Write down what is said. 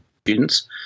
students